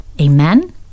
Amen